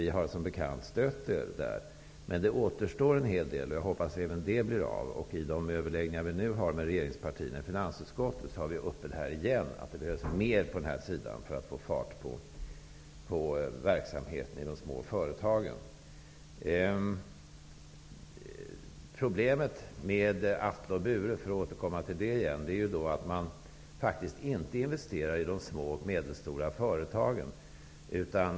Vi har som bekant stött er. Men det återstår en hel del, och jag hoppas att även det blir av. I de överläggningar vi nu har med regeringspartierna i finansutskottet har vi uppe frågan om att det behövs mer för att få fart på verksamheten i de små företagen. Problemet med Atle och Bure, för att återkomma till det, är att man faktiskt inte investerar i de små och medelstora företagen.